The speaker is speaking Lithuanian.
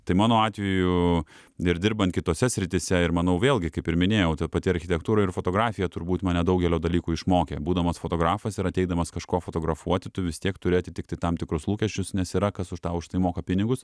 tai mano atveju ir dirbant kitose srityse ir manau vėlgi kaip ir minėjau ta pati architektūra ir fotografija turbūt mane daugelio dalykų išmokė būdamas fotografas ir ateidamas kažko fotografuoti tu vis tiek turi atitikti tam tikrus lūkesčius nes yra kas už tą už tai moka pinigus